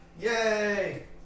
Yay